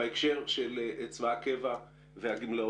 בהקשר של צבא הקבע והגמלאות,